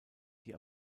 die